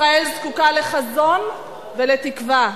ישראל זקוקה לחזון ולתקווה,